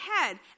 ahead